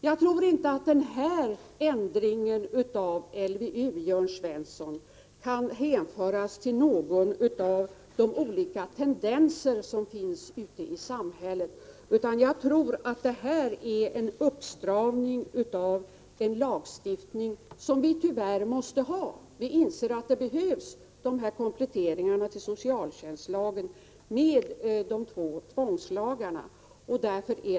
Jag tror inte att den här ändringen av LVU, Jörn Svensson, kan hänföras till någon av de olika tendenser som finns ute i samhället, utan den är en uppstramning av en lagstiftning som vi tyvärr måste ha. Vi inser att de här kompletteringarna till socialtjänstlagen med de två tvångslagarna behövs.